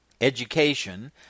Education